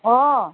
ꯑꯣ